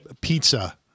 pizza